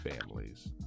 families